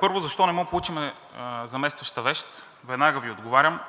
Първо, защо не можем да получим заместваща вещ? Веднага Ви отговарям.